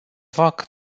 fac